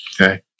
okay